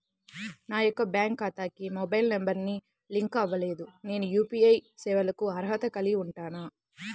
నా యొక్క బ్యాంక్ ఖాతాకి మొబైల్ నంబర్ లింక్ అవ్వలేదు నేను యూ.పీ.ఐ సేవలకు అర్హత కలిగి ఉంటానా?